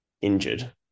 injured